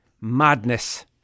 Madness